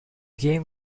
game